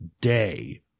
day